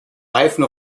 reifen